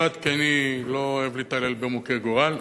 1. כי אני לא אוהב להתעלל במוכי גורל,